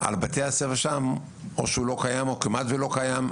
על בתי הספר שם או שהוא לא קיים או כמעט ולא קיים.